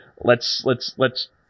let's—let's—let's—